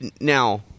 now